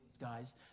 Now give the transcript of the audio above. guys